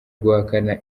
guhakana